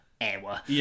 hour